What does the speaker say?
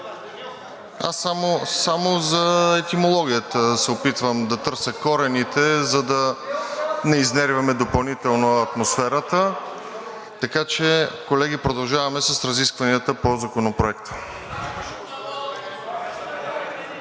Аз само за етимологията се опитвам да търся корените, за да не изнервяме допълнително атмосферата, така че, колеги, продължаваме с разискванията по Законопроекта.